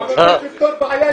אני מבקש לפתור בעיה.